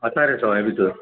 आसा रे सवाय भितर